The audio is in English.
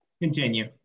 Continue